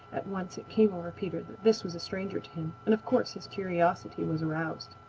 at once it came over peter that this was a stranger to him, and of course his curiosity was aroused.